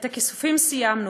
את הכיסופים סיימנו,